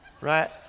right